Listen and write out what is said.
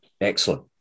excellent